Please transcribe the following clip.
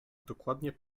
dokładnie